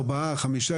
ארבעה או חמישה,